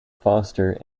foster